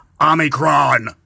Omicron